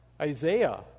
Isaiah